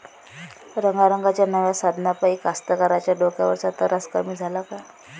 रंगारंगाच्या नव्या साधनाइपाई कास्तकाराइच्या डोक्यावरचा तरास कमी झाला का?